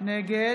נגד